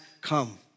come